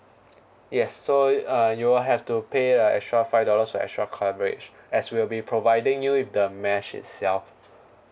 yes so uh you will have to pay a extra five dollars for extra coverage as we'll be providing you with the mesh itself